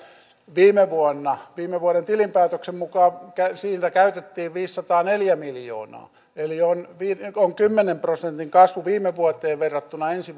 viime vuoden tilinpäätöksen mukaan siitä käytettiin viisisataaneljä miljoonaa eli on kymmenen prosentin kasvu viime vuoteen verrattuna ensi